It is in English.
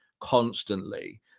constantly